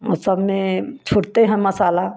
और सब में छोड़ते हैं मसाला